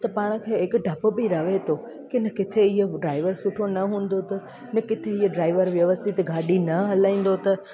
त पाण खे हिक डप बि रहे थो कि न किथे इहो ड्राइवर सुठो न हूंदो त न किथे हीअं ड्राइवर व्यवस्थित ॻाॾी न हलाईंदो त